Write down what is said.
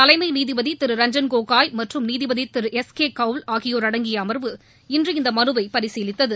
தலைமை நீதிபதி திரு ரஞ்சன் கோகோய் மற்றம் நீதிபதி திரு எஸ் கே கௌல் ஆகியோர் அடங்கி அமர்வு இன்று இந்த மனுவை பரிசீலித்தது